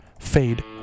Fade